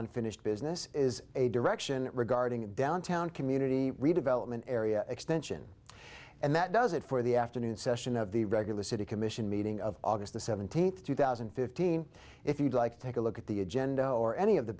unfinished business is a direction regarding downtown community redevelopment area extension and that does it for the afternoon session of the regular city commission meeting of august the seventeenth two thousand and fifteen if you'd like to take a look at the agenda or any of the